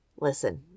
Listen